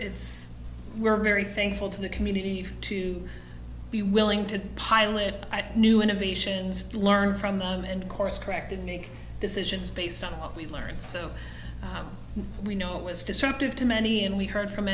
it's we're very thankful to the community to be willing to pilot a new innovations learn from them and of course corrected make decisions based on what we've learned so we know it's destructive to many and we heard from